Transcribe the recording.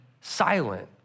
silent